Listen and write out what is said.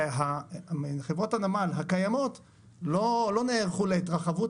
וחברות הנמל הקיימות לא נערכו להתרחבות